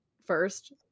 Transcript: first